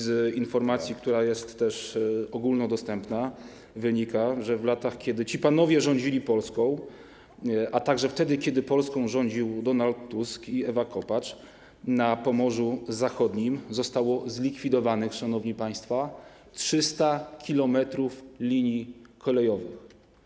Z informacji, która jest też ogólnodostępna, wynika, że w latach, kiedy ci panowie rządzili Polską, a także wtedy, kiedy Polską rządzili Donald Tusk i Ewa Kopacz, na Pomorzu Zachodnim zostało zlikwidowanych, szanowni państwo, 300 km linii kolejowych.